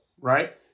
right